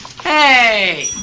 Hey